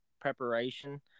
preparation